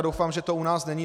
Doufám, že to u nás není.